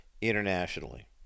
internationally